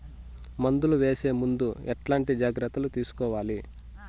మందులు వేసే ముందు ఎట్లాంటి జాగ్రత్తలు తీసుకోవాలి?